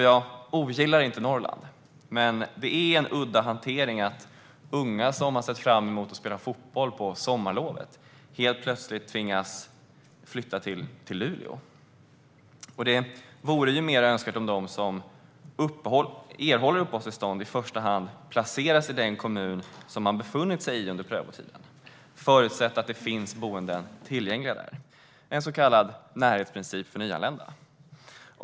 Jag ogillar inte Norrland, men det är en udda hantering att unga som har sett fram emot att spela fotboll på sommarlovet helt plötsligt tvingas att flytta till Luleå. Det vore mer önskvärt om de som erhåller uppehållstillstånd i första hand placerades i den kommun som de befunnit sig i under prövotiden, förutsatt att det finns boenden tillgängliga där - en så kallad närhetsprincip för nyanlända.